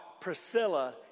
Priscilla